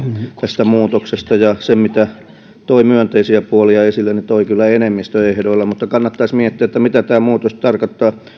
tästä muutoksesta ja sen mitä hän toi myönteisiä puolia esille niin toi kyllä enemmistön ehdoilla mutta kannattaisi miettiä mitä tämä muutos tarkoittaa